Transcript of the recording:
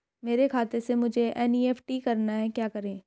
मेरे खाते से मुझे एन.ई.एफ.टी करना है क्या करें?